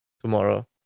tomorrow